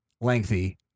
lengthy